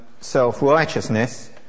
self-righteousness